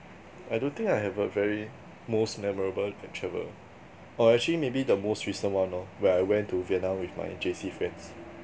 I don't think I have a very most memorable at travel or actually maybe the most recent one lor where I went to vietnam with my J_C friends